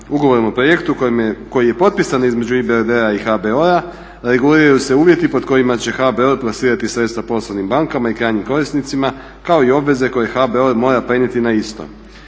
ugovorom o projektu koji je potpisan između IBRD-a i HBOR-a reguliraju se uvjeti pod kojima će HBOR plasirati sredstva poslovnim bankama i krajnjim korisnicima kao i obveze koje HBOR mora prenijeti na isto.